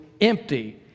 empty